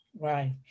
Right